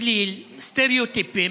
מכליל, סטראוטיפי,